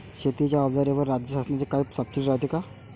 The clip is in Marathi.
शेतीच्या अवजाराईवर राज्य शासनाची काई सबसीडी रायते का?